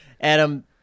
Adam